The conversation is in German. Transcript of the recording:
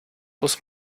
muss